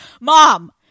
mom